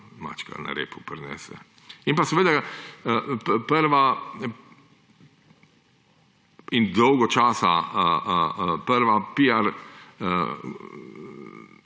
mačka na repu prinese. In seveda prva in dolgo časa prva